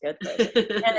good